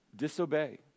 disobey